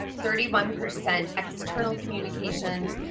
thirty one percent external communications,